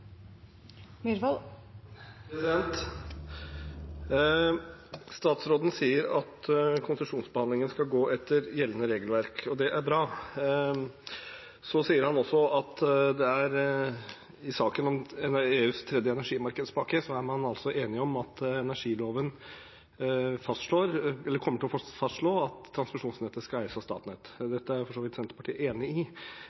bra. Så sier han også at man i saken om EUs tredje energimarkedspakke er enig om at energiloven kommer til å fastslå at transmisjonsnettet skal eies av Statnett.